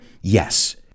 Yes